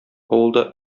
авылда